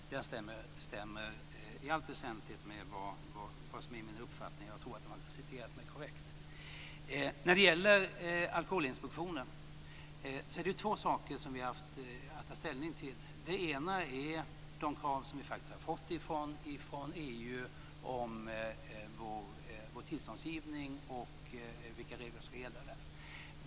Den stämmer i allt väsentligt med min uppfattning, och jag tror att man har citerat mig korrekt. När det gäller Alkoholinspektionen är det två saker som vi har haft att ta ställning till. Det ena var de krav som har kommit från EU och som handlar om vår tillståndsgivning och vilka regler som ska gälla på det området.